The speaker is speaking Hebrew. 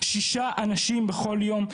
שישה אנשים בכל יום.